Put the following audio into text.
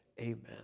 Amen